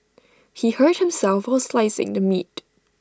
he hurt himself while slicing the meat